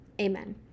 amen